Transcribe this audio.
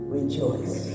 rejoice